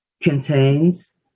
contains